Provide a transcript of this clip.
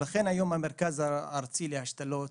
לכן, היום המרכז הארצי להשתלות